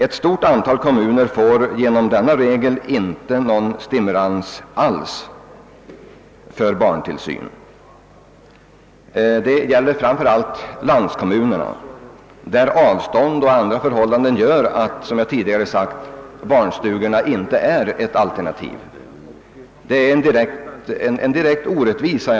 Ett stort antal kommuner får genom denna regel inte någon stimulans alls för barntillsynen. Det gäller framför allt landskommunerna, där avstånd och andra förhållanden gör att barnstugorna inte är ett alternativ i vissa fall. Jag uppfattar dessa förslag som direkta orättvisor.